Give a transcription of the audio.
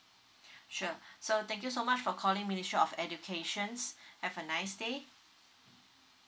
sure so thank you so much for calling ministry of educations have a nice day